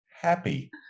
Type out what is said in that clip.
happy